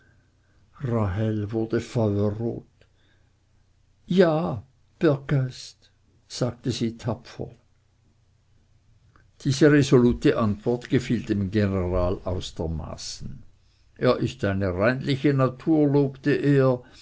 wurde feuerrot ja berggeist sagte sie tapfer diese resolute antwort gefiel dem general aus der maßen er ist eine reinliche natur lobte er